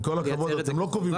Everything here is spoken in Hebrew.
עם כל הכבוד אתם לא קובעים,